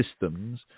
systems